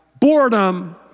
boredom